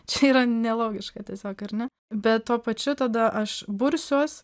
čia yra nelogiška tiesiog ar ne bet tuo pačiu tada aš bursiuos